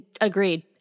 Agreed